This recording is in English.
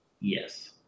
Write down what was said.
Yes